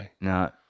No